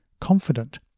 confident